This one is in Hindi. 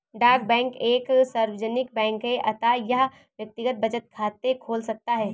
डाक बैंक एक सार्वजनिक बैंक है अतः यह व्यक्तिगत बचत खाते खोल सकता है